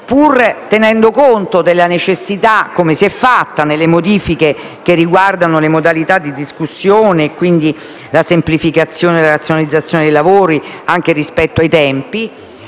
pur tenendo conto della necessità, come si è fatto per le modifiche che riguardano le modalità di discussione, semplificazione e razionalizzazione dei lavori anche rispetto ai tempi,